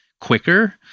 quicker